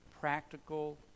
practical